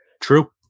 True